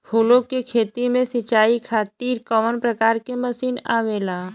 फूलो के खेती में सीचाई खातीर कवन प्रकार के मशीन आवेला?